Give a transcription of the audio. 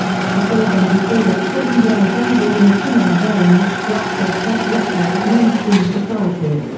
she goes on to say that prisons are resembled in a similar way in which blacks are kept locked out of mainstream society.